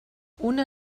una